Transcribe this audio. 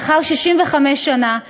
לאחר 65 שנה,